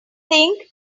think